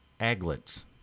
aglets